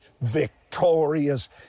victorious